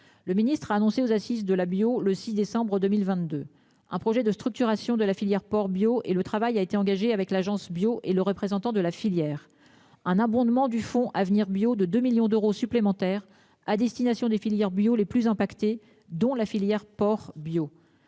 Le ministre a annoncé aux assises de la bio. Le 6 décembre 2022, un projet de structuration de la filière porc bio et le travail a été engagée avec l'Agence Bio et le représentant de la filière un abondement du Fonds Avenir Bio de 2 millions d'euros supplémentaires à destination des filières bio les plus impactés dont la filière porc bio,